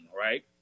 right